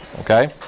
okay